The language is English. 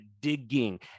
digging